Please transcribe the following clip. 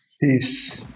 Peace